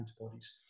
antibodies